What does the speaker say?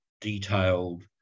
detailed